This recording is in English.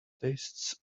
tastes